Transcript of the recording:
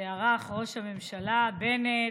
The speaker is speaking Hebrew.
שערך ראש הממשלה בנט,